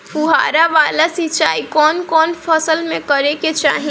फुहारा वाला सिंचाई कवन कवन फसल में करके चाही?